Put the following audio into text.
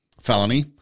felony